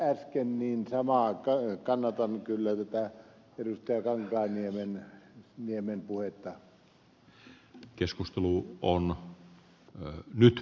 kuten äskeinen puhuja kannatan kyllä ed